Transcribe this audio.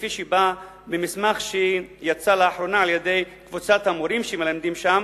לפי מסמך שיצא לאחרונה על-ידי קבוצת המורים שמלמדים שם,